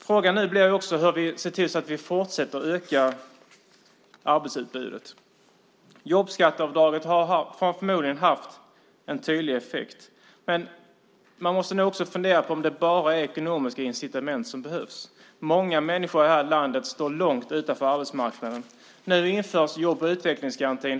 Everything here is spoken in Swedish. Frågan blir också hur vi ser till att fortsätta öka arbetsutbudet. Jobbskatteavdraget har förmodligen haft en tydlig effekt. Men man måste nog också fundera på om det bara är ekonomiska incitament som behövs. Många människor i detta land står långt utanför arbetsmarknaden. Nu införs jobb och utvecklingsgarantin.